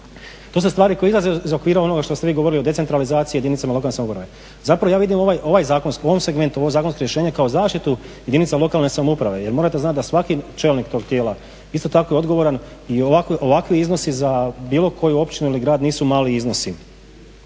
To su stvari koje izlaze iz okvira onoga što ste vi govorili o decentralizaciji jedinica lokalne samouprave. Zapravo ja vidim ovaj zakon, u ovom segmentu, ovo zakonsko rješenje kao zaštitu jedinica lokalne samouprave jer morate znati da svaki čelnik tog tijela isto tako je odgovoran i ovakvi iznosi za bilo koju općinu ili grad nisu mali iznosi.